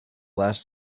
last